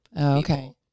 Okay